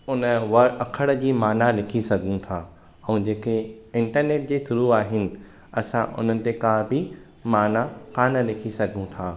उन वर अख़र जी माना लिखी सघूं था उहो जेके इंटरनेट जे थ्रू आहिनि असां उन्हनि ते का बि माना कान्ह लिखी सघूं था